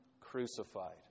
crucified